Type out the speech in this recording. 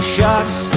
shots